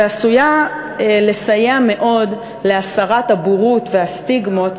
וזה עשוי לסייע מאוד להסרת הבורות והסטיגמות,